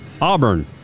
Auburn